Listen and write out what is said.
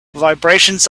vibrations